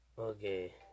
Okay